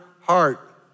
heart